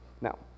Now